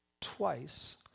Twice